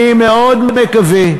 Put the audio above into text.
אני מאוד מקווה,